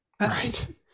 Right